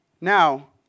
Now